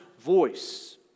voice